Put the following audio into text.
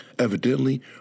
Evidently